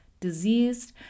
diseased